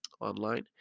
online